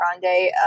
Grande